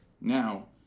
Now